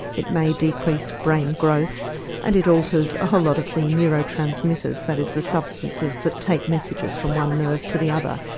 it may decrease brain growth and it alters a whole lot of the neurotransmitters, that is the substances that take messages from one nerve to the other.